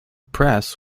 press